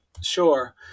Sure